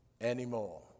anymore